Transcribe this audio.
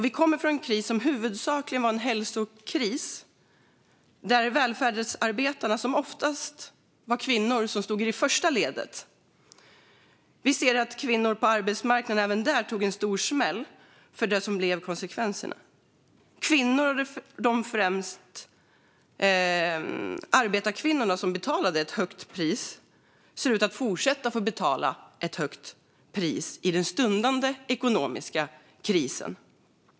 Vi kommer från en kris som huvudsakligen var en hälsokris, där välfärdsarbetarna - oftast kvinnor - stod i första ledet. Även där ser vi att kvinnorna på arbetsmarknaden tog en stor smäll för det som blev konsekvenserna. Kvinnorna, främst arbetarkvinnor, som betalade ett högt pris då ser ut att fortsätta få betala ett högt pris i den stundande ekonomiska krisen.